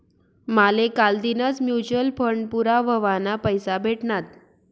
माले कालदीनच mutual fund पूरा व्हवाना पैसा भेटनात